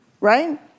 right